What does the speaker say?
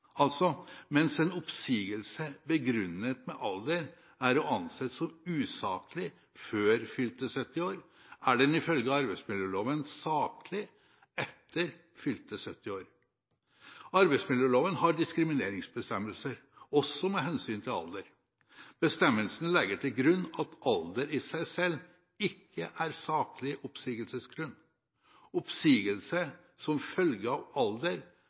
Altså: Mens en oppsigelse begrunnet med alder er å anse som usaklig før fylte 70 år, er den ifølge arbeidsmiljøloven saklig etter fylte 70 år. Arbeidsmiljøloven har diskrimineringsbestemmelser, også med hensyn til alder. Bestemmelsene legger til grunn at alder i seg selv ikke er saklig oppsigelsesgrunn. Oppsigelse som følge av alder